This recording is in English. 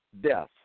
death